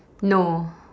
no